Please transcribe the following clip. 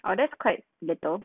oh that's quite that though